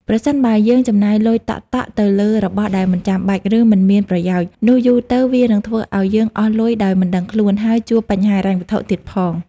ប្រសិនបើ យើងចំណាយលុយតក់ៗទៅលើរបស់ដែលមិនចាំបាច់ ឬមិនមានប្រយោជន៍ នោះយូរទៅវានឹងធ្វើឱ្យយើងអស់លុយដោយមិនដឹងខ្លួន ហើយជួបបញ្ហាហិរញ្ញវត្ថុទៀតផង។